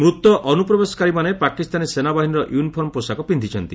ମୃତ ଅନୁପ୍ରବେଶକାରୀମାନେ ପାକିସ୍ତାନୀ ସେନାବାହିନୀର ୟୁନିଫର୍ମ ପୋଷାକ ପିନ୍ଧିଚ୍ଚନ୍ତି